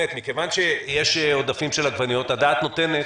מכיוון שיש עודפים של עגבניות הדעת נותנת